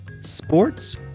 sports